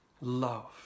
love